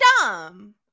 dumb